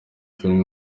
film